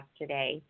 today